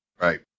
right